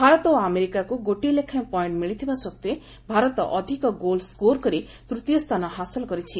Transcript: ଭାରତ ଓ ଆମେରିକାକୁ ଗୋଟିଏ ଲେଖାଏଁ ପଏଣ୍ଟ ମିଳିଥିବା ସଡ୍ଡେ ଭାରତ ଅଧିକ ଗୋଲ୍ ସ୍କୋର କରି ତୂତୀୟ ସ୍ଥାନ ହାସଲ କରିଛି